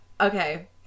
Okay